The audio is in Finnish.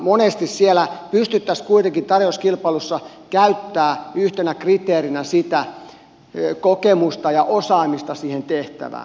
monesti siellä kuitenkin pystyttäisiin tarjouskilpailussa käyttämään yhtenä kriteerinä sitä kokemusta ja osaamista siihen tehtävään